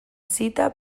zita